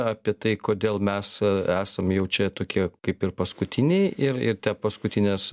apie tai kodėl mes esam jau čia tokie kaip ir paskutiniai ir ir tie paskutinės